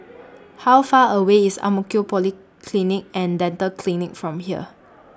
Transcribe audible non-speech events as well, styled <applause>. <noise> How Far away IS Ang Mo Kio Polyclinic and Dental Clinic from here